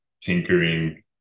tinkering